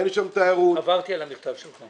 אין שם תיירות -- עברתי על המכתב שלך.